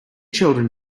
children